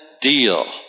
deal